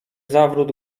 zawrót